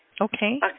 Okay